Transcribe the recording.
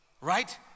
Right